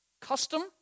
custom